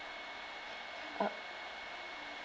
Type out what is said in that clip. uh